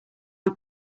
our